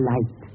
Light